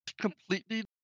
completely